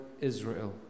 Israel